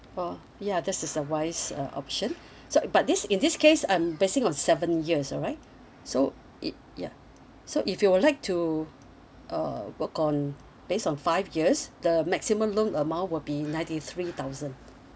oh ya that is a wise uh option so but this in this case I'm basing on seven years alright so it ya so if you would like to uh work on base on five years the maximum loan amount will be ninety three thousand